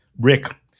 Rick